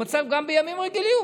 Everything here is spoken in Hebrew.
גם בימים רגילים,